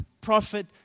prophet